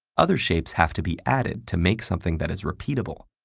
other shapes have to be added to make something that is repeatable,